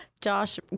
Josh